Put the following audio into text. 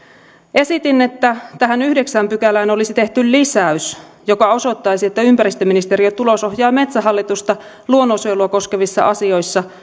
esitin että tähän yhdeksänteen pykälään olisi tehty lisäys joka osoittaisi että ympäristöministeriö tulosohjaa metsähallitusta luonnonsuojelua koskevissa asioissa